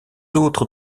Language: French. autres